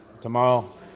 tomorrow